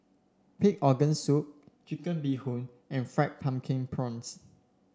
Pig Organ Soup Chicken Bee Hoon and Fried Pumpkin Prawns